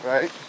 Right